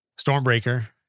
Stormbreaker